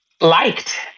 liked